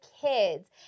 kids